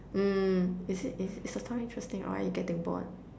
mm is it is it is the story interesting or are you getting bored